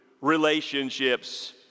relationships